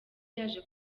yaje